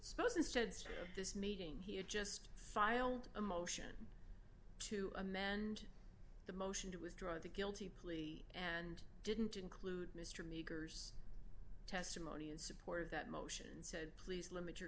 suppose instead story of this meeting he had just filed a motion to amend the motion to withdraw the guilty plea and didn't include mr meeker's testimony in support of that motion and said please limit your